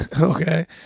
okay